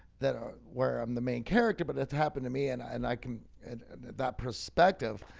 that are where i'm the main character, but that's happened to me and i can add that perspective,